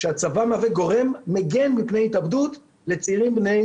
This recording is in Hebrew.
שהצבא מהווה גורם מגן מפני התאבדות לצעירים בני